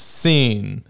scene